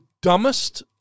dumbest